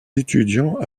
étudiants